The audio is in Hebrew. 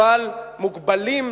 אבל מוגבלים,